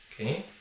okay